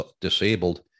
disabled